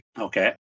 Okay